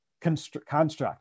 construct